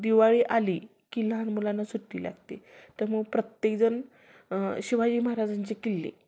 दिवाळी आली की लहान मुलांना सुट्टी लागते त्यामुळं प्रत्येक जण शिवाजी महाराजांचे किल्ले